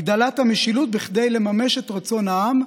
הגדלת המשילות כדי לממש את רצון העם,